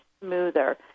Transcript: smoother